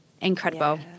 Incredible